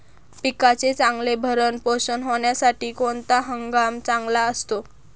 पिकाचे चांगले भरण पोषण होण्यासाठी कोणता हंगाम चांगला असतो?